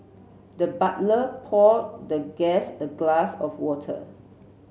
the butler poured the guest a glass of water